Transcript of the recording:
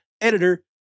editor